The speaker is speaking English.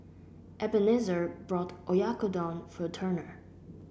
Ebenezer bought Oyakodon for Turner